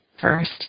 first